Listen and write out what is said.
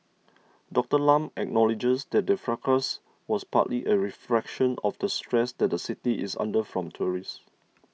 Doctor Lam acknowledges that the fracas was partly a reflection of the stress that the city is under from tourists